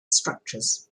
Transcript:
structures